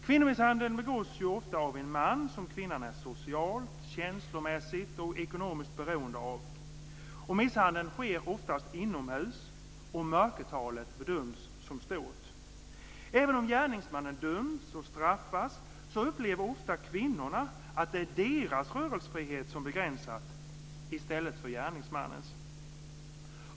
Kvinnomisshandeln begås ofta av en man som kvinnan är socialt, känslomässigt och ekonomiskt beroende av. Misshandeln sker oftast inomhus, och mörkertalet bedöms som stort. Även om gärningsmannen döms och straffas, upplever ofta kvinnorna att det är deras rörelsefrihet som begränsas i stället för gärningsmannens.